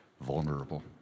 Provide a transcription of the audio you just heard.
vulnerable